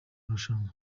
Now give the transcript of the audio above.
marushanwa